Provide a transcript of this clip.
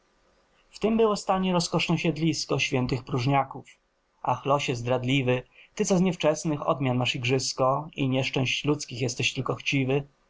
tym było stanie rozkoszne siedlisko świętych próżniaków ach losie zdradliwy ty co z niewczesnych odmian masz igrzysko i nieszczęść ludzkich jesteś tylko chciwy